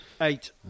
Eight